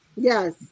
Yes